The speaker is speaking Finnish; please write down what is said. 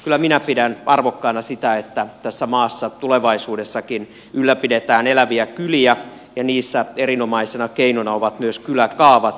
kyllä minä pidän arvokkaana sitä että tässä maassa tulevaisuudessakin ylläpidetään eläviä kyliä ja niissä erinomaisena keinona ovat myös kyläkaavat